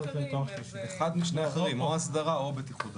אחד משני האחרים, או אסדרה או בטיחות.